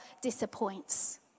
disappoints